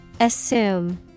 Assume